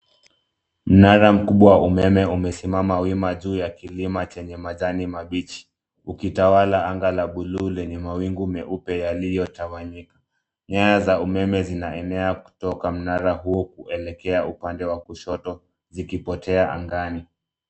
Mnara mkubwa umeme umesimama wima juu ya kilima chenye majani mabichi, ukitawala anga la buluu lenye mawingu meupe yaliyotawanyika. Nyaya za umeme zinaenea kutoka mnara huo kuelekea upande wa kushoto, zikipotea angani.